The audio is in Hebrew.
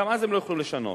גם אז הם לא יוכלו לשנות.